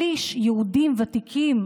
שליש יהודים ותיקים,